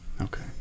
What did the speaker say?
Okay